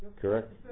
correct